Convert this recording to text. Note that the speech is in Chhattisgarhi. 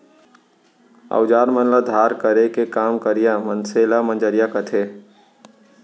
अउजार मन ल धार करे के काम करइया मनसे ल मंजइया कथें